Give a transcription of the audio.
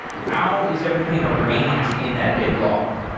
how is everything arranged in that big log?